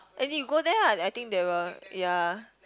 and you go there lah I think they will ya